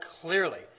clearly